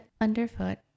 underfoot